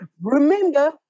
Remember